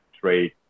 trade